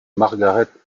margaret